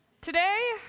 Today